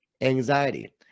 anxiety